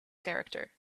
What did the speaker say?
character